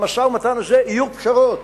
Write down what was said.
במשא-ומתן הזה יהיו פשרות.